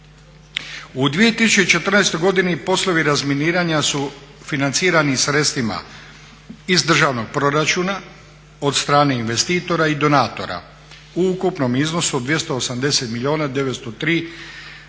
U 2014.godini poslovi razminiranja su financirani sredstvima iz državnog proračuna, od strane investitora i donatora u ukupnom iznosu od 289 milijuna